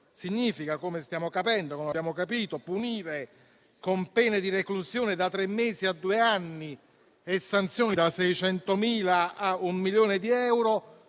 Significa - come stiamo capendo e abbiamo capito - punire con pene di reclusione da tre mesi a due anni e sanzioni da 600.000 a 1 milione di euro